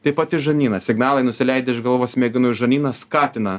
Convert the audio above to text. taip pat į žarnyną signalai nusileidę iš galvos smegenų į žarnyną skatina